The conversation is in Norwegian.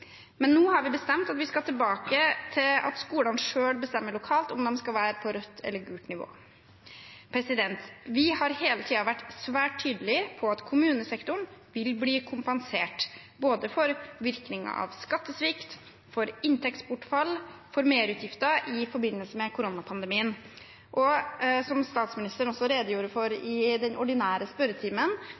Nå har vi bestemt at vi skal tilbake til at skolene selv bestemmer lokalt om de skal være på rødt eller gult nivå. Vi har hele tiden vært svært tydelige på at kommunesektoren vil bli kompensert – både for virkninger av skattesvikt, for inntektsbortfall og for merutgifter i forbindelse med koronapandemien. Som statsministeren også redegjorde for i den muntlige spørretimen,